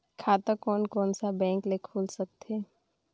खाता कोन कोन सा बैंक के खुल सकथे?